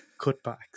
Cutbacks